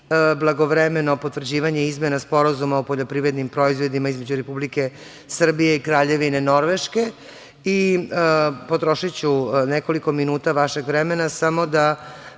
blagovremeno potvrđivanje izmene Sporazuma o poljoprivrednim proizvodima između Republike Srbije i Kraljevine Norveške. Potrošiću nekoliko minuta vašeg vremena samo da